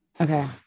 Okay